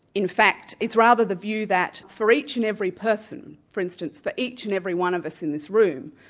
in fact it's rather the view that for each and every person, for instance, for each and every one of us in this room,